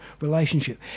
relationship